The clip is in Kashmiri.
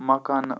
مکانہٕ